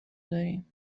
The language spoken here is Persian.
داریم